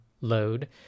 load